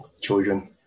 children